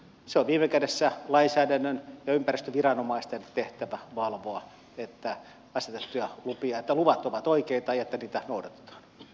on viime kädessä lainsäädännön ja ympäristöviranomaisten tehtävä valvoa että asetetut luvat ovat oikeita ja että niitä noudatetaan